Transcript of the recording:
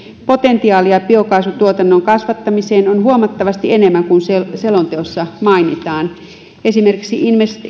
potentiaalia biokaasutuotannon kasvattamiseen on huomattavasti enemmän kuin selonteossa mainitaan esimerkiksi